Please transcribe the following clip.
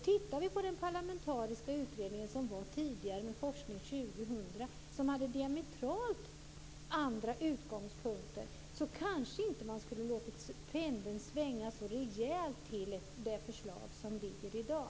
Tittar vi på den parlamentariska utredning som gjorts tidigare med Forskning 2000, som hade diametralt annorlunda utgångspunkter, ser vi att man kanske inte skulle ha låtit pendeln svänga så rejält till det förslag som ligger i dag.